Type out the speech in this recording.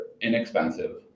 inexpensive